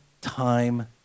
time